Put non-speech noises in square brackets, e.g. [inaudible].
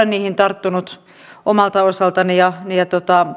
[unintelligible] niihin tarttunut omalta osaltani ja ja